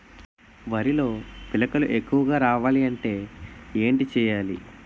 వరిలో పిలకలు ఎక్కువుగా రావాలి అంటే ఏంటి చేయాలి?